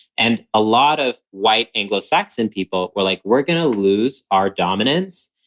and a lot of white anglo-saxon people were like, we're going to lose our dominance.